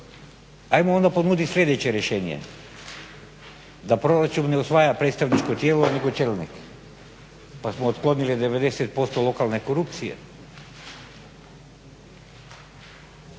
ali onda ponudit sljedeće rješenje. Da proračun ne usvaja predstavničko tijelo, nego čelnik pa smo otklonili 90% lokalne korupcije.